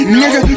nigga